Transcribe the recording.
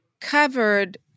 covered